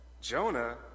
Jonah